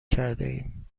کردهایم